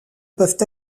peuvent